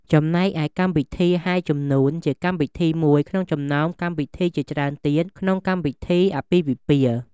ចំណែកឯកម្មវិធីហែជំនួន ជាកម្មវិធីមួយក្នុងចំណោមកម្មវិធីជាច្រ់ើនទៀតក្នុងកម្មវិធីអាពាហ៍ពិពាហ៍។